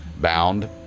bound